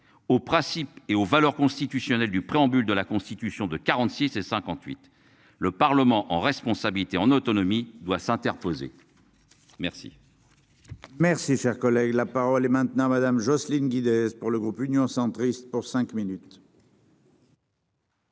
aux principes et aux valeurs constitutionnelles du préambule de la Constitution de 46 et 58, le Parlement en responsabilité en autonomie doit s'interposer. Merci. Merci, cher collègue, la parole est maintenant Madame Jocelyne Guidez pour le groupe Union centriste pour cinq minutes.